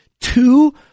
two